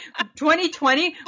2020